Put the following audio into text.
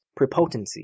prepotency